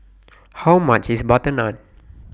How much IS Butter Naan